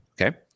Okay